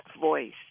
voice